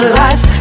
life